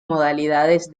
modalidades